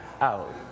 out